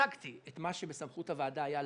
הצגתי את מה שבסמכות הוועדה היה לעשות,